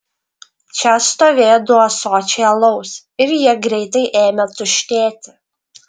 čia stovėjo du ąsočiai alaus ir jie greitai ėmė tuštėti